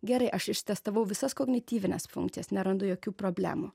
gerai aš ištestavau visas kognityvines funkcijas nerandu jokių problemų